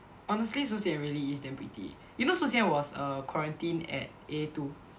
honestly Su xian really is damn pretty you know Su xian was err quarantined at A two